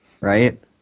right